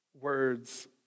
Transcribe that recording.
words